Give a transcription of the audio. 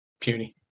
puny